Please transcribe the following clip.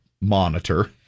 monitor